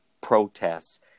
protests